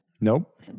Nope